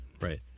right